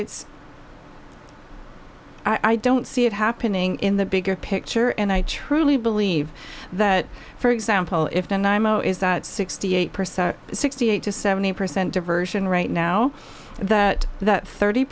it's i don't see it happening in the bigger picture and i truly believe that for example if and imo is that sixty eight percent sixty eight to seventy percent diversion right now that that thirty